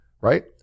right